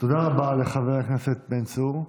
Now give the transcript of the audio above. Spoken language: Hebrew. תודה רבה לחבר הכנסת בן צור.